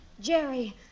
Jerry